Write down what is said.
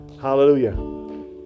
Hallelujah